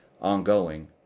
ongoing